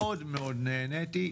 מאוד מאוד נהניתי.